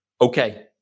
okay